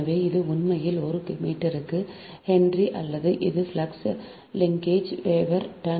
எனவே இது உண்மையில் ஒரு மீட்டருக்கு ஹென்றி அல்ல இது ஃப்ளக்ஸ் லிங்கேஜ் வேவர் டன்